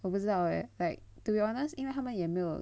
我不知道 leh like to be honest 因为他们也没有